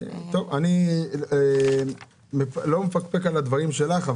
אני לא מפקפק על הדברים שלך,